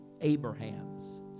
Abraham's